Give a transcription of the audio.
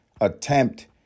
attempt